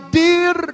dear